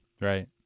Right